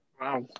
Wow